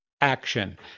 action